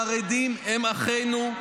החרדים הם אחינו,